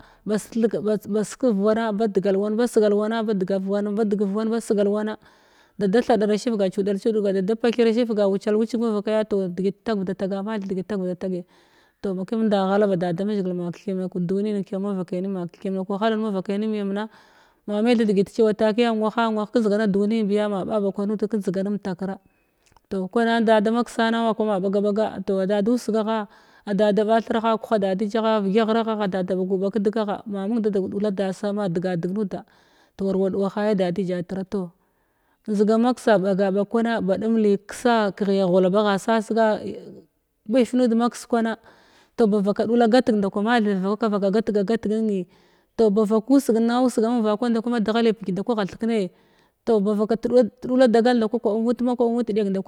Bas theg basbadgal wana baz theg baskav wana badgal wan basegal wana. Da da thaɗɗira shifga cudal cudga da da paththira shifga wucal wucig mavakiya toh degit tagəvda taga mathaya degit tagəvda tagi toh ba məmnda ghala da da mazhigil ma kethkiyam na kəduniyin kiyam vakai nina keth kiyam na kawahalin kiyam mavi kai nimyamna ma me tha degit cewa takiya nwaha nwah kənjdigana duni biya ma ɓa ba kwan nud kənjdiganem takra kwana nda da maksa na akwa ma ɓaga ɓaga toh ada dusgagha da da ɓatheragha guhwa da dija gha vigya ghraragha agha da da ɓayu ɓag kədgagha ma mung da ku ɗula dasa ma dega deg nuda toh war wa maksa ɓaga ɓag kwana ɓa ɗum li kəssa kəghi ghulab agha sa sega biv nud maks kwana toh ba vaka ɗula nud maks kwana toh bavaka ɗula gateg ndkwa mathe va vaka vaka gat ga gat nenitoh ba vakusa inna usega mun vakwan a ndkwa ma deghali bəkyndakwa agha thekna’i toh ba vaka tedu teɗula dagal nndakwa kwaɓa mut ma kwaɓa mut dek nda.